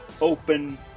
open